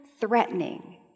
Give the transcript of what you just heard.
threatening